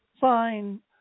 fine